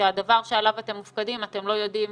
שהדבר שעליו אתם מופקדים, אתם לא יודעים